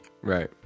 Right